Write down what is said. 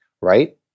right